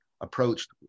approached